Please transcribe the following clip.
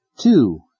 Two